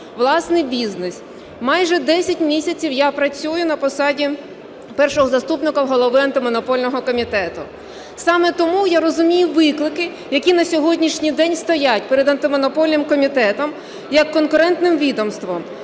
власний бізнес, майже 10 місяців я працюю на посаді першого заступника Голови Антимонопольного комітету, саме тому я розумію виклики, які на сьогоднішній день стоять перед Антимонопольним комітетом як конкурентним відомством,